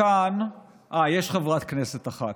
אה, יש חברת כנסת אחת.